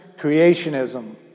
creationism